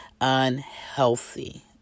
unhealthy